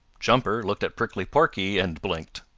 jumper looked at prickly porky and blinked.